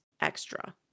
extra